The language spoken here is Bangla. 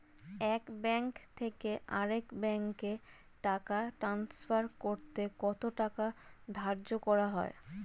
এক ব্যাংক থেকে আরেক ব্যাংকে টাকা টান্সফার করতে কত টাকা ধার্য করা হয়?